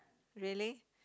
really